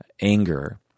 anger